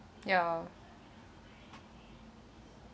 ya